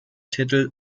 titel